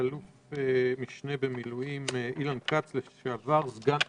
מאלוף משנה במילואים אילן כץ, לשעבר סגן פצ"ר,